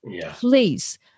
please